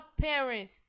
parents